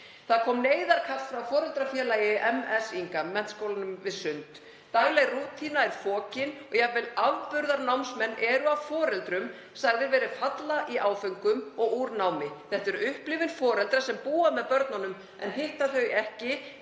Það kom neyðarkall frá foreldrafélagi Menntaskólans við Sund. Dagleg rútína er fokin og jafnvel afburðanámsmenn eru af foreldrum sagðir vera að falla í áföngum og úr námi. Þetta er upplifun foreldra sem búa með börnunum en hitta þau ekki